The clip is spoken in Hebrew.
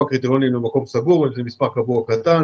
קריטריונים למקום סגור: אם זה מספר קבוע קטן,